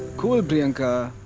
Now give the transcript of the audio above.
cool, priyanka.